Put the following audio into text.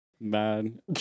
Bad